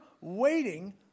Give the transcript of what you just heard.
waiting